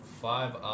five